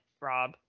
rob